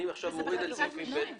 אני עכשיו מוריד את סעיפים (ב) ו-(ג).